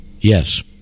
Yes